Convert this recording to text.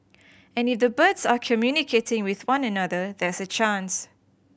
and if the birds are communicating with one another there's a chance